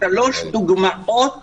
שלוש דוגמאות